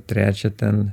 trečią ten